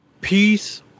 Peace